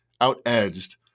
out-edged